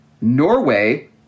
Norway